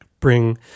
Bring